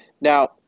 Now